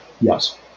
Yes